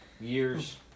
Years